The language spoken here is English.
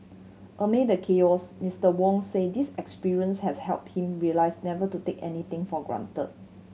amid the chaos Mister Wong said this experience has helped him realise never to take anything for granted